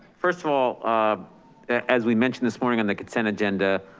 first of all, um as we mentioned this morning on the consent sgenda,